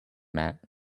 mat